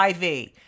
IV